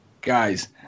Guys